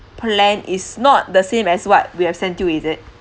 plan is not the same as what we have sent you is it